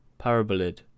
paraboloid